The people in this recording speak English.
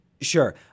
Sure